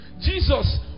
jesus